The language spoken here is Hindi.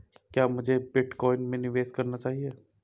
क्या मुझे बिटकॉइन में निवेश करना चाहिए?